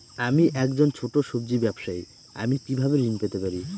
আমি একজন ছোট সব্জি ব্যবসায়ী আমি কিভাবে ঋণ পেতে পারি?